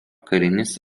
karinis